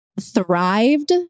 thrived